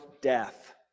death